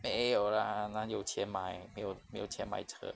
没有 lah 哪里有钱买没有没有钱买车